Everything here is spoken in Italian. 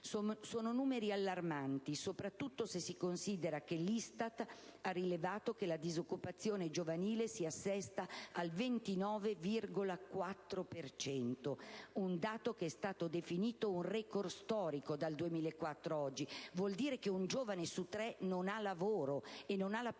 Sono numeri allarmanti, soprattutto se si considera che l'ISTAT ha rilevato che la disoccupazione giovanile si attesta al 29,4 per cento, un dato che è stato definito un record storico dal 2004 ad oggi. Vuol dire che un giovane su tre non ha lavoro e non ha la possibilità